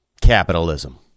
capitalism